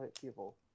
people